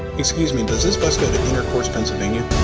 excuse me. does this bus go to intercourse, pennsylvania?